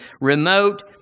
remote